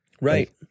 Right